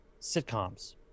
sitcoms